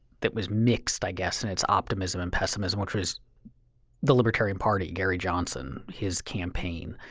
that was mixed i guess in its optimism and pessimism, which was the libertarian party, gary johnson, his campaign.